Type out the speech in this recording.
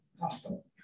hospital